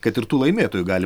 kad ir tų laimėtojų gali